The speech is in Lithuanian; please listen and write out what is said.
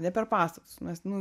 ne per pastatus mes nu